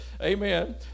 Amen